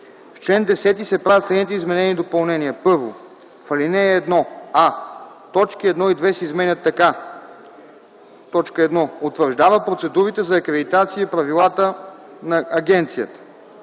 В чл. 10 се правят следните изменения и допълнения: 1. В ал. 1: а) точки 1 и 2 се изменят така: „1. утвърждава процедурите за акредитация и правилата на Агенцията;